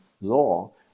law